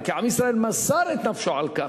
כי עם ישראל מסר את נפשו על כך,